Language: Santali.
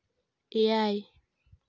ᱮᱭᱟᱭ